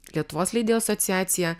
lietuvos leidėjų asociacija